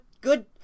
good